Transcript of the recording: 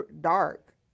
dark